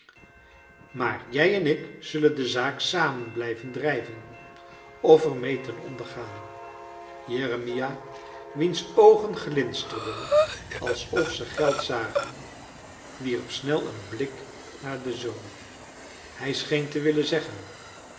maar jij en ik zullen de zaak samen blijven drijven of er mee ten onder gaan jeremia wiens oogen glinsterden alsof ze geld zagen wierp snel een blik naar den zoon hij scheen te willen zeggen